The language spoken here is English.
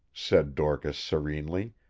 said dorcas serenely.